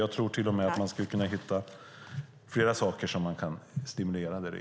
Jag tror att man skulle kunna hitta fler saker att stimulera däri.